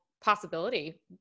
possibility